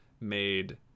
made